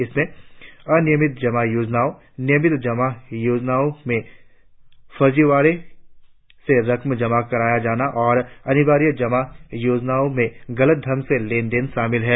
इसमें अनियमित जमा योजनाएं नियमित जमा योजनाओं में फर्जीवाड़े से रकम जमा कराया जाना और अनियमित जमा योजनाओं में गलत ढंग से लेन देन शामिल हैं